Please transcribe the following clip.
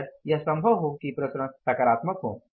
शायद यह संभव हो सकता है कि प्रसरण सकारात्मक हों